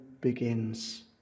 begins